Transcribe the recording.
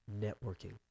networking